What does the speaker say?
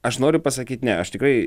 aš noriu pasakyt ne aš tikrai